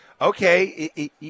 okay